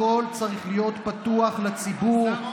הכול צריך להיות פתוח לציבור,